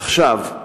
עכשיו,